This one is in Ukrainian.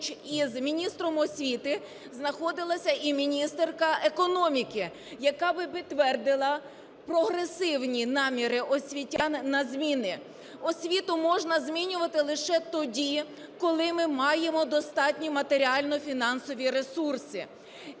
із міністром освіти знаходилася і міністерка економіки, яка би підтвердила прогресивні наміри освітян на зміни. Освіту можна змінювати лише тоді, коли ми маємо достатні матеріально-фінансові ресурси.